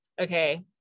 Okay